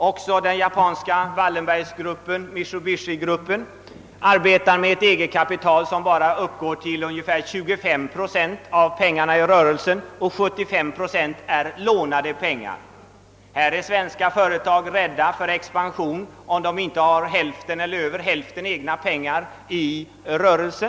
Också den japanska Wallenberggruppen, Mitsubishi-gruppen, arbetar med eget kapital som bara uppgår till ungefär 25 procent av de pengar som är i rörelse. 75 procent utgöres av lånade pengar. Här är svenska företag rädda för expansion, om de inte har hälften eller över hälften av egna pengar i rörelsen.